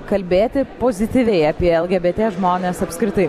kalbėti pozityviai apie lgbt žmones apskritai